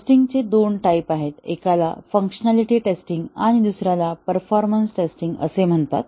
testing चे दोन type आहेत एकाला फंक्शनॅलिटी टेस्टिंग आणि दुसऱ्याला परफॉर्मन्स टेस्ट असे म्हणतात